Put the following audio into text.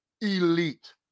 Elite